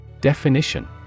Definition